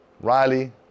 Riley